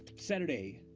saturday,